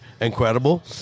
incredible